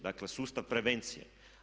Dakle, sustav prevencije.